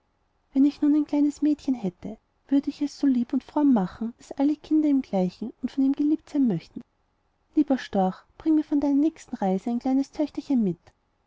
wenn ich nun ein kleines mädchen hätte würde ich es so lieb und fromm machen daß alle kinder ihm gleichen und von ihm geliebt sein möchten lieber storch bringe mir von deiner nächsten reise ein kleines töchterchen mit